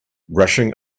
rushing